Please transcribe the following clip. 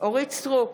אורית מלכה סטרוק,